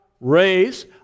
race